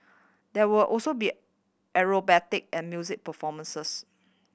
there will also be acrobatic and music performances